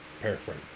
Paraphrase